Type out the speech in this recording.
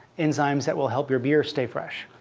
enzymes that will help your beer stay fresh,